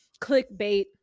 clickbait